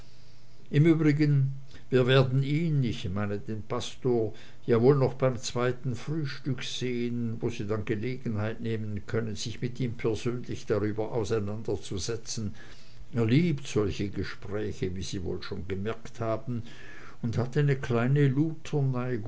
im übrigen wir werden ihn ich meine den pastor ja wohl noch beim zweiten frühstück sehen wo sie dann gelegenheit nehmen können sich mit ihm persönlich darüber auseinanderzusetzen er liebt solche gespräche wie sie wohl schon gemerkt haben und hat eine kleine